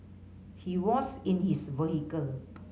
he was in his vehicle